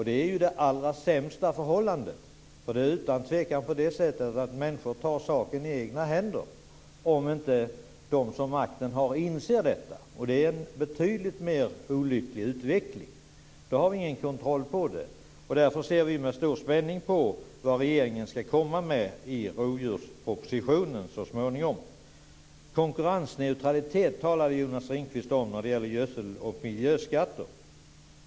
Det är ju det allra sämsta förhållandet. Och det är utan tvekan på det sättet att människor tar saken i egna händer om inte de som har makten inser detta. Det är en betydligt olyckligare utveckling. Då har vi ingen kontroll över det. Därför ser vi med stor spänning på vad regeringen ska föreslå i rovdjurspropositionen så småningom. Jonas Ringqvist talar om konkurrensneutralitet när det gäller gödsel och miljöskatter.